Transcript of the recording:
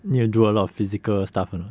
need to do a lot of physical stuff or not